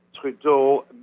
Trudeau